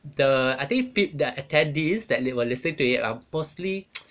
the I think peo~ the attendees that they will listen to it are mostly